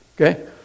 Okay